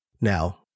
Now